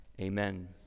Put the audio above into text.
Amen